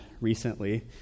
recently